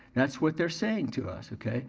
that's what they're saying to us, okay?